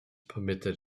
permitted